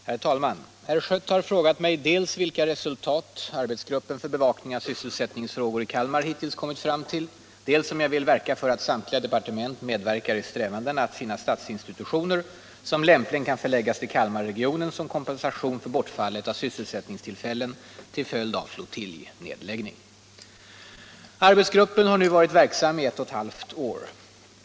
Herr talman! Herr Schött har frågat mig dels vilka resultat arbetsgruppen för bevakning av sysselsättningsfrågor i Kalmar hittills har kommit fram till, dels om jag vill verka för att samtliga departement medverkar i strävandena att finna statsinstitutioner som lämpligen kan förläggas till Kalmarregionen som kompensation för bortfallet av sysselsättningstillfällen till följd av flottiljnedläggning. Arbetsgruppen har nu varit verksam i ett och ett halvt år.